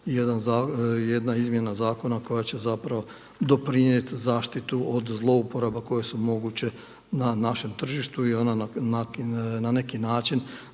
jedna izmjena zakona koja će doprinijeti zaštitu od zlouporaba koje su moguće na našem tržištu i ona na neki način